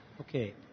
Okay